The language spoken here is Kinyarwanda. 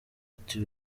ati